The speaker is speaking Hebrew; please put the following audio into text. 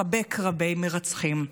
מחבק רבי-מרצחים.